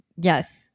Yes